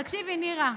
תקשיבי, נירה,